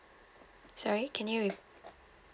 sorry can you re~